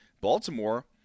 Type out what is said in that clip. Baltimore